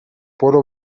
برو